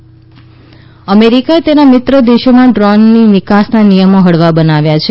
America drone અમેરીકાએ તેના મિત્ર દેશોમાં ડ્રોનની નિકાસના નિયમો હળવા બનાવ્યા છે